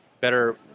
better